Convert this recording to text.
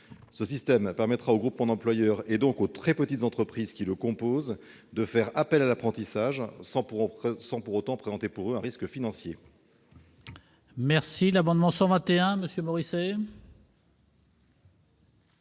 Ce système permettra au groupement d'employeurs, donc aux très petites entreprises qui le composent, de faire appel à l'apprentissage, sans pour autant présenter pour eux un risque financier.